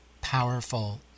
powerful